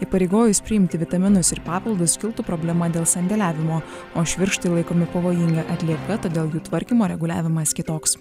įpareigojus priimti vitaminus ir papildus kiltų problema dėl sandėliavimo o švirkštai laikomi pavojinga atlieka todėl jų tvarkymo reguliavimas kitoks